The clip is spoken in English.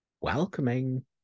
welcoming